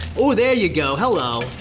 ooh, there ya go, hello.